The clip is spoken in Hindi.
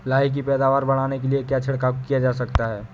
लाही की पैदावार बढ़ाने के लिए क्या छिड़काव किया जा सकता है?